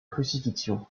crucifixion